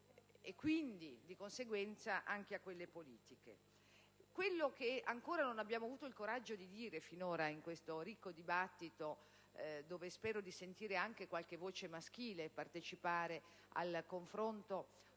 e di conseguenza anche a quelle politiche. Quello che finora non abbiamo avuto il coraggio di dire con grande franchezza in questo ricco dibattito, dove spero di sentire anche qualche voce maschile partecipare al confronto